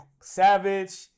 Savage